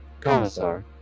Commissar